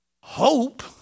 hope